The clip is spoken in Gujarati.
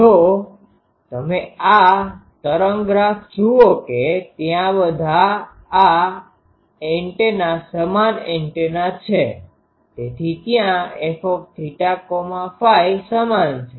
જો તમે આ તરંગ ગ્રાફ જુઓ કે ત્યાં આ બધા એન્ટેના સમાન એન્ટેના છે તેથી ત્યાં fθΦ સમાન છે